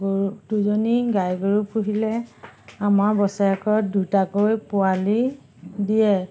গৰু দুজনী গাই গৰু পুহিলে আমাৰ বছৰেকত দুটাকৈ পোৱালি দিয়ে